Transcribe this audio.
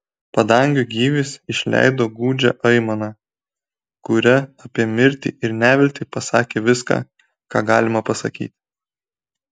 padangių gyvis išleido gūdžią aimaną kuria apie mirtį ir neviltį pasakė viską ką galima pasakyti